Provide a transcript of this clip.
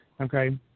okay